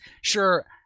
Sure